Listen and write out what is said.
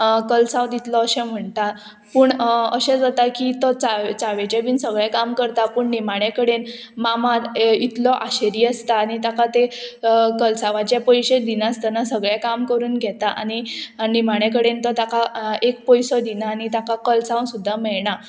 कलसांव दितलो अशें म्हणटा पूण अशें जाता की तो चा चावेचें बीन सगळें काम करता पूण निमाणे कडेन मामा इतलो आशेरी आसता आनी ताका तें कलसांवाचे पयशे दिनासतना सगळें काम करून घेता आनी निमाणे कडेन तो ताका एक पयसो दिना आनी ताका कलसांव सुद्दां मेळना